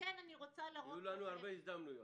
יהיו לנו הרבה הזדמנויות.